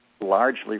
largely